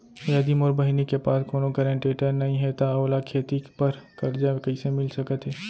यदि मोर बहिनी के पास कोनो गरेंटेटर नई हे त ओला खेती बर कर्जा कईसे मिल सकत हे?